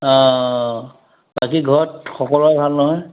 অঁ বাকী ঘৰত সকলোৰে ভাল নহয়